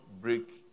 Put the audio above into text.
break